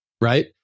right